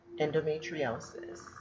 endometriosis